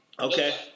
Okay